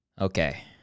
Okay